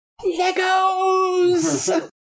Legos